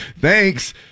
Thanks